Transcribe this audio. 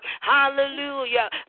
Hallelujah